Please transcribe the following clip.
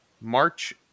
March